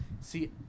See